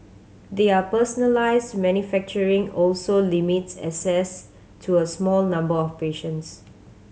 their personalised manufacturing also limits access to a small number of patients